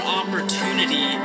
opportunity